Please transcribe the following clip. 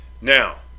Now